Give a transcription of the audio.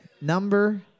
number